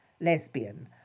lesbian